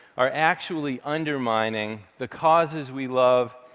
are actually undermining the causes we love,